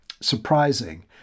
surprising